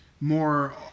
more